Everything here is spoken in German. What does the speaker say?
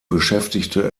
beschäftigte